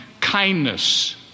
kindness